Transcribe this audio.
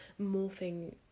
morphing